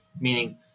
meaning